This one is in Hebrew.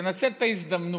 תנצל את ההזדמנות,